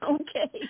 Okay